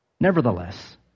Nevertheless